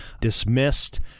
dismissed